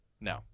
No